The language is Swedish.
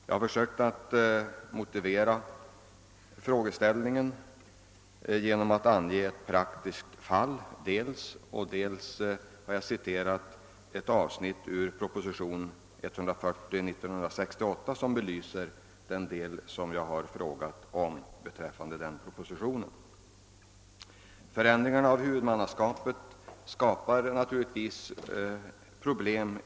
Jag har försökt motivera och ange bakgrunden till frågeställningen genom att i interpellationen dels ange ett praktiskt fall, dels citera ett avsnitt ur propositionen 140 år 1968, som belyser min fråga i vad den avser denna proposition. Förändringarna av huvudmannaskapet i vissa fall skapar naturligtvis problem.